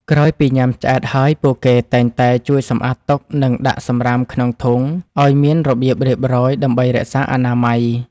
ក្រោយពីញ៉ាំឆ្អែតហើយពួកគេតែងតែជួយសម្អាតតុនិងដាក់សម្រាមក្នុងធុងឱ្យមានរបៀបរៀបរយដើម្បីរក្សាអនាម័យ។